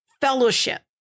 fellowship